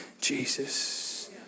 Jesus